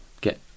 get